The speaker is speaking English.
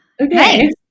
okay